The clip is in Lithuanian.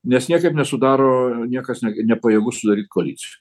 nes niekaip nesudaro niekas nepajėgus sudaryt koalic